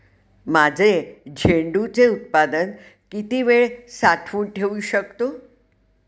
माझे झेंडूचे उत्पादन किती वेळ साठवून ठेवू शकतो?